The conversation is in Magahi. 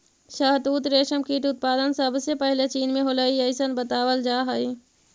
शहतूत रेशम कीट उत्पादन सबसे पहले चीन में होलइ अइसन बतावल जा हई